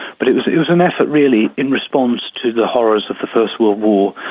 but it was it was an effort really in response to the horrors of the first world war,